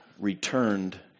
returned